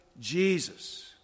Jesus